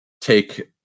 take